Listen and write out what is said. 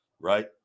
right